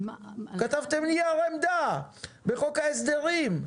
כתבתם נייר עמדה בחוק ההסדרים,